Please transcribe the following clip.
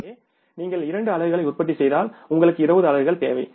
எனவே நீங்கள் 2 அலகுகளை உற்பத்தி செய்தால் உங்களுக்கு 20 அலகுகள் தேவை